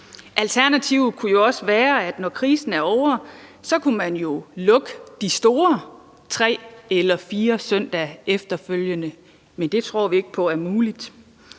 Alternativet kunne også være, at når krisen er ovre, kunne man jo lukke de store tre eller fire søndage efterfølgende, men det tror vi ikke på er muligt.